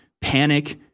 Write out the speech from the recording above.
panic